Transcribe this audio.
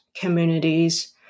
communities